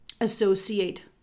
associate